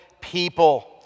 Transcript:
people